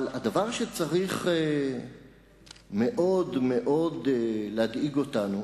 אבל הדבר שצריך מאוד-מאוד להדאיג אותנו